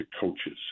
coaches